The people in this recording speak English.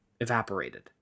evaporated